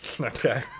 Okay